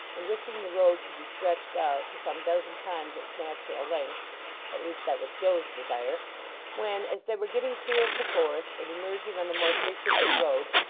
and wishing the road could be stretched out to some dozen times its natural length at least that was joe's desire when, as they were getting clear of the forest and emerging on the more frequented road,